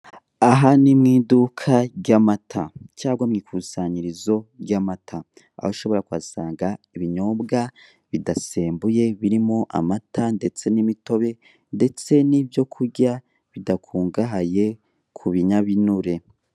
Aha ni mu iduka ry'amata cyangwa mu ikusanyirizo ry'amata, aho ushobora kuhasanga ibinyobwa bidasembuye birimo amata ndetse n'imitobe ndetse n'ibyo kurya bidakungahaye ku binyabinure.